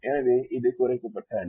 எனவே இது குறைக்கப்பட்ட அணி